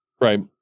Right